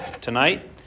tonight